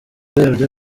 urebye